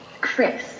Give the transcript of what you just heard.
chris